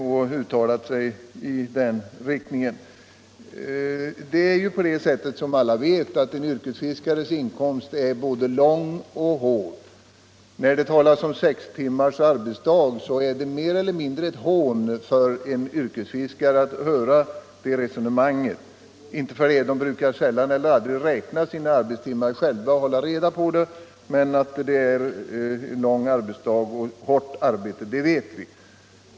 Yrkesfiskarens arbetsdag är som vi alla vet både lång och hård. Talet om sex timmars arbetsdag låter mer eller mindre som ett hån i en yrkesfiskares öron. De brukar visserligen själva sällan eller aldrig räkna sina arbetstimmar, men att de har en lång arbetsdag med hårt arbete vet vi.